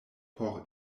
por